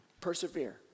persevere